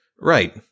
Right